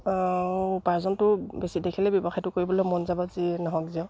উপাৰ্জনটো বেছি দেখিলে ব্যৱসায়টো কৰিবলৈ মন যাব যি নহওক যেও